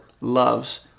loves